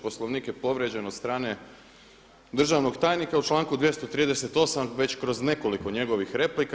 Poslovnik je povrijeđen od strane državnog tajnika, u članku 238. već kroz nekoliko njegovih replika.